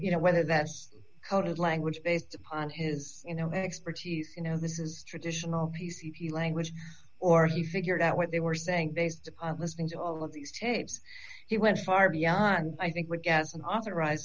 you know whether that's coded language based upon his you know expertise you know this is traditional p c p language or he figured out what they were saying based upon listening to all of these tapes he went far beyond i think with as an authorized